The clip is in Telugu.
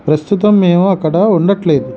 ప్రస్తుతం మేము అక్కడ ఉండట్లేదు